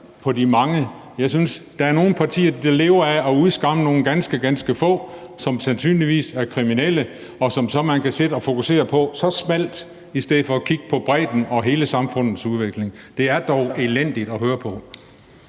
på de mange? Jeg synes, der er nogle partier, der lever af at udskamme nogle ganske, ganske få, som sandsynligvis er kriminelle, og som man så kan sidde og fokusere på så smalt, i stedet for at kigge på bredden og hele samfundets udvikling. Det er dog elendigt at høre på.